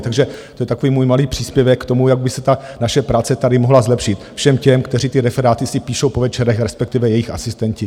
Takže to je takový můj malý příspěvek k tomu, jak by se ta naše práce tady mohla zlepšit všem těm, kteří ty referáty si píší po večerech, respektive jejich asistenti.